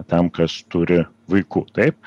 tam kas turi vaikų taip